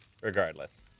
Regardless